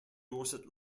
dorset